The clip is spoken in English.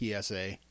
PSA